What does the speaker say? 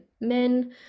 men